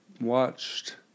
watched